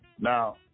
Now